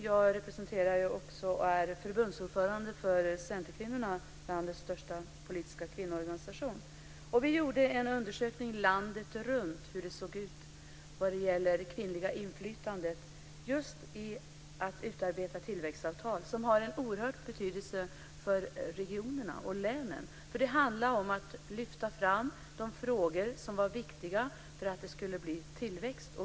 Jag representerade, och är förbundsordförande för, Centerkvinnorna, landets största politiska kvinnoorganisation. Vi gjorde en undersökning landet runt för att se hur det ser ut när det gäller det kvinnliga inflytandet just i fråga om att utarbeta tillväxtavtal, som har en oerhörd betydelse för regionerna och länen. Det handlade om att lyfta fram de frågor som var viktiga för att det skulle bli tillväxt.